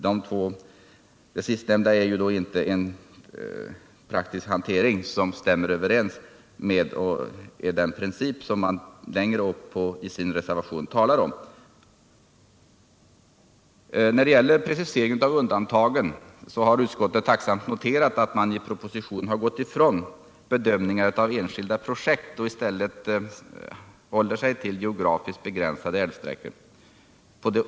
Den sistnämnda praktiska hanteringen stämmer inte överens med den princip som man talat om tidigare i re servationen. Nr 52 När det gäller preciseringen av undantagen har utskottet tacksamt no Torsdagen den terat att man i propositionen har gått ifrån bedömningar av enskilda 15 december 1977 projekt och i stället håller sig till geografiskt begränsade älvsträckor.